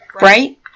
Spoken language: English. Right